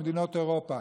במדינות אירופה,